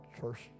first